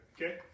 Okay